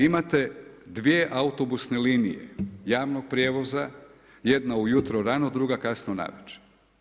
Vi imate dvije autobusne linije javnog prijevoza, jedna ujutro rano, druga kasno navečer.